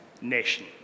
Nation